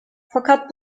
fakat